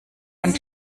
und